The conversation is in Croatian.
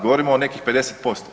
Govorimo o nekih 50%